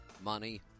money